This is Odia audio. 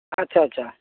ଆଚ୍ଛା ଆଚ୍ଛା